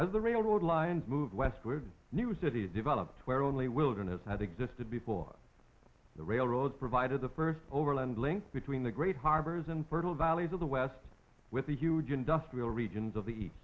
as the railroad lines moved westward new city developed where only wilderness had existed before the railroads provided the first overland link between the great harbors and fertile valleys of the west with the huge industrial regions of the